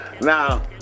Now